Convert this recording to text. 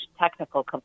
technical